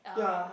ya